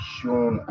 Sean